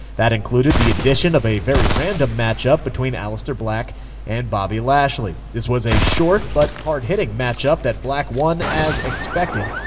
that included the addition of a very random matchup between aleister black and bobby lashley. this was a short but hard-hitting matchup that black won as expected.